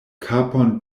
kapon